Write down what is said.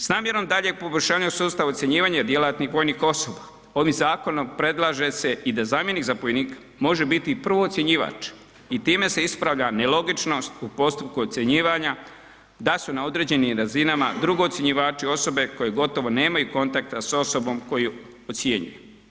S namjerom daljeg poboljšanja u sustavu ocjenjivanja djelatnih vojnih osoba ovim zakonom predlaže se i da zamjenik zapovjednika može biti i prvoocjenjivač i time se ispravlja nelogičnost u postupku ocjenjivanja da su na određenim razinama drugoocjenivači osobe koje gotovo nemaju kontakta sa osobom koju ocjenjuju.